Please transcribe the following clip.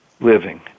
living